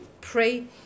pray